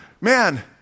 man